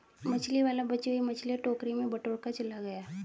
मछली वाला बची हुई मछलियां टोकरी में बटोरकर चला गया